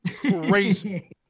crazy